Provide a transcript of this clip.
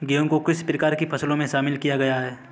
गेहूँ को किस प्रकार की फसलों में शामिल किया गया है?